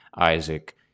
Isaac